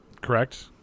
correct